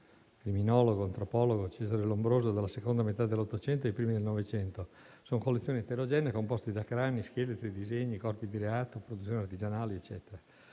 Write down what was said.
criminologo e antropologo Cesare Lombroso dalla seconda metà dell'Ottocento ai primi del Novecento. Si tratta di collezioni eterogenee composte da crani, scheletri, disegni, corpi di reato, produzioni artigianali, eccetera.